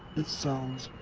it sounds.